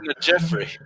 Jeffrey